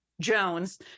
jones